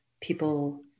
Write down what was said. people